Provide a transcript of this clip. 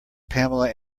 pamela